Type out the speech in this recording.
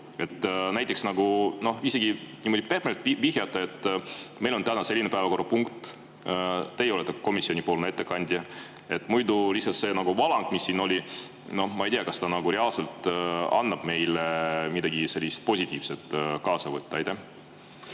Näiteks niimoodi pehmelt vihjata, et meil on täna selline päevakorrapunkt ja teie olete komisjonipoolne ettekandja. Lihtsalt see valang, mis siin oli, ma ei tea, kas see annab meile midagi positiivset kaasa.